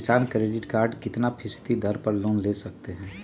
किसान credit card कितना फीसदी दर पर लोन ले सकते हैं?